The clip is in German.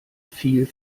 fiel